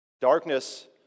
Darkness